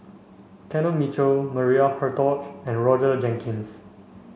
Kenneth Mitchell Maria Hertogh and Roger Jenkins